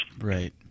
Right